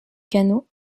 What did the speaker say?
canot